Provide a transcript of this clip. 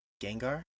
Gengar